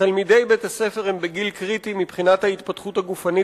תלמידי בית-הספר הם בגיל קריטי מבחינת ההתפתחות הגופנית,